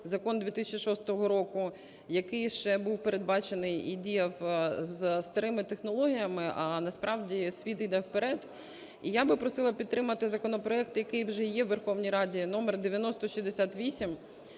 закон 2006 року, який ще був передбачений і діяв зі старими технологіями, а насправді світ йде вперед. І я би просила підтримати законопроект, який вже є в Верховній Раді, номер 9068,